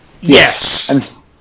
Yes